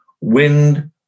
wind